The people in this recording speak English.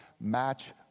match